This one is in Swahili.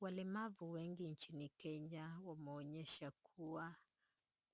Walemavu wengi nchini Kenya, wameonyesha kuwa